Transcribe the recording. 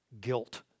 guilt